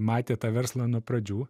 matė tą verslą nuo pradžių